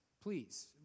Please